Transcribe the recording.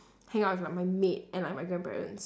hang out with like my maid and like my grandparents